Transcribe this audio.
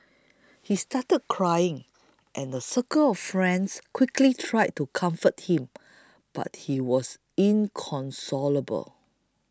he started crying and a circle of friends quickly tried to comfort him but he was inconsolable